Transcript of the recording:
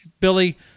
Billy